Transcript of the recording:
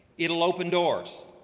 it'll open doors,